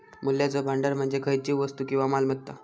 मूल्याचो भांडार म्हणजे खयचीव वस्तू किंवा मालमत्ता